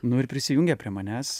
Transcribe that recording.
nu ir prisijungė prie manęs